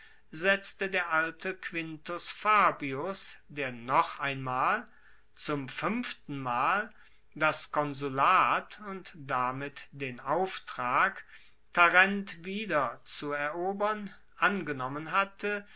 setzte der alte quintus fabius der noch einmal zum fuenftenmal das konsulat und damit den auftrag tarent wieder zu erobern angenommen hatte